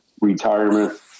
retirement